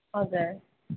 हजुर